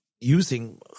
using